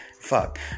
Fuck